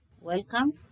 Welcome